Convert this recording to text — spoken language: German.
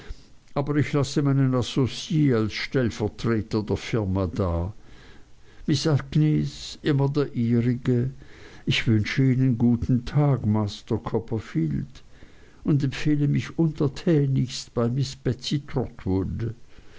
aber ich lasse meinen associe als stellvertreter der firma da miß agnes immer der ihrige ich wünsche ihnen guten tag master copperfield und empfehle mich untertänigst bei miß